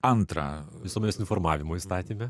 antra visuomenės informavimo įstatyme